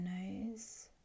nose